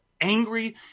angry